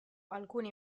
alcuni